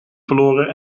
verloren